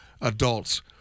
adults